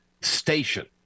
station